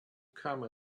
come